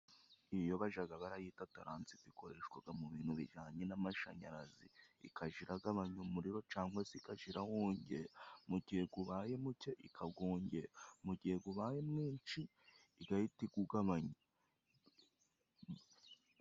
Iyi yo bajaga barayita taransifo ikoreshwaga mu bintu bijanye n'amashanyarazi, ikaja iragabanya umuriro cangwa se ikaja irawongera. Mu gihe gubaye muce ikagongera, mu gihe gubaye mwinshi igahita igugabanya.